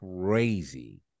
crazy